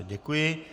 Děkuji.